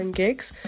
gigs